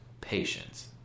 patience